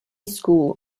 school